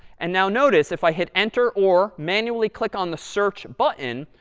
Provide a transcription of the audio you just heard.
and now notice, if i hit enter or manually click on the search button,